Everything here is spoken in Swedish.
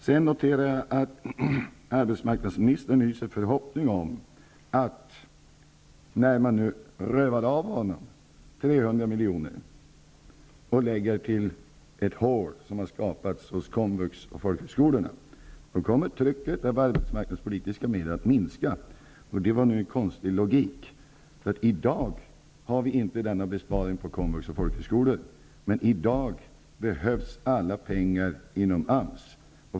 Sedan noterar jag att arbetsmarknadsministern hyser förhoppning om att när han nu har rövats 300 milj.kr. och ett ytterligare hål läggs till kom vux och folkhögskolorna, kommer trycket på ar betsmarknadspolitiska medel att minska. Det är en konstig logik. I dag råder inte denna besparing på komvux och folkhögskolor. Men i dag behövs alla pengar inom AMS.